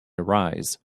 arise